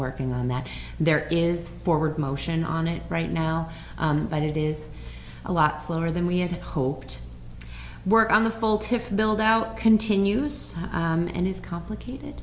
working on that there is forward motion on it right now but it is a lot slower than we had hoped work on the full to build out continues and it's complicated